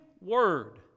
word